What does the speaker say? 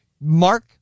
Mark